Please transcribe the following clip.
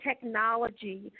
technology